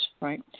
right